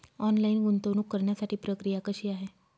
Online गुंतवणूक करण्यासाठी प्रक्रिया कशी आहे?